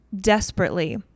desperately